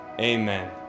amen